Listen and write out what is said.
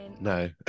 No